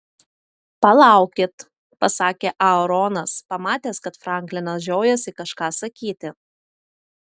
palaukit pasakė aaronas pamatęs kad franklinas žiojasi kažką sakyti